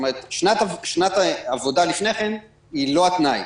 כלומר, שנת עבודה לפני כן אינה תנאי.